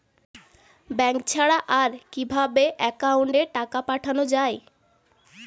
Bank ছাড়া আর কিভাবে একাউন্টে টাকা পাঠানো য়ায়?